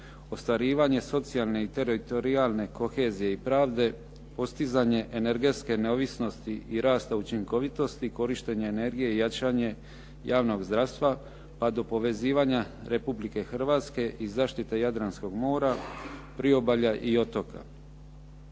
ostvarivanje socijalne i teritorijalne kohezije i pravde, postizanje energetske neovisnosti i rasta učinkovitosti, korištenje energije i jačanje javnog zdravstva pa do povezivanja Republike Hrvatske i zaštite Jadranskog mora, priobalja i otoka.